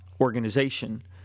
organization